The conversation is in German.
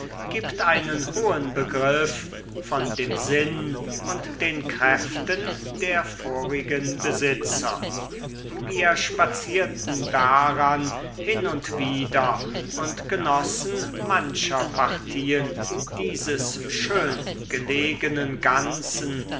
gibt einen hohen begriff von dem sinn und den kräften der vorigen besitzer wir spazierten daran hin und wider und genossen mancher partien dieses schön gelegenen ganzen